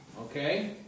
Okay